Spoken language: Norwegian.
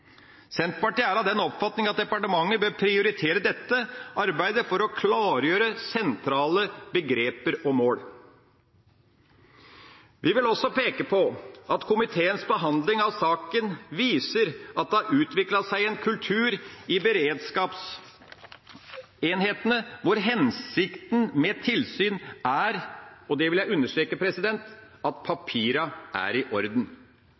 Senterpartiet er av den oppfatning at departementet bør prioritere dette arbeidet for å klargjøre sentrale begreper og mål. Vi vil også peke på at komiteens behandling av saken viser at det har utviklet seg en kultur i beredskapsenhetene hvor hensikten med tilsyn er – og det vil jeg understreke – at papirene er i orden.